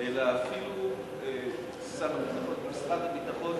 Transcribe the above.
אלא אפילו שר הביטחון ומשרד הביטחון